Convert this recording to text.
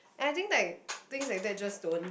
and I think like things like that just don't